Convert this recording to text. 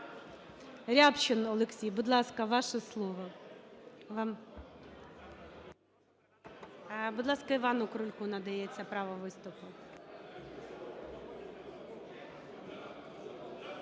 Рябчин Олексій, будь ласка, ваше слово. Будь ласка, Івану Крульку надається право виступу.